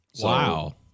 Wow